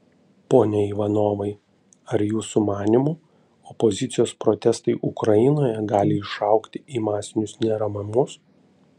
pone ivanovai ar jūsų manymu opozicijos protestai ukrainoje gali išaugti į masinius neramumus